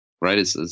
right